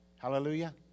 Hallelujah